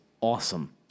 awesome